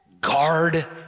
Guard